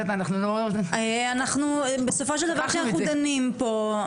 אנחנו בסופו של דבר אנחנו דנים פה,